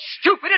stupid